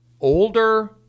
older